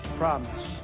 promise